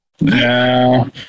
No